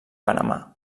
panamà